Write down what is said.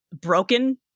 broken